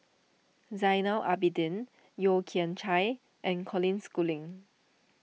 Zainal Abidin Yeo Kian Chai and Colin Schooling